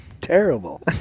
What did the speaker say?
terrible